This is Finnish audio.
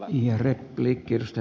herra puhemies